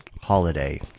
holiday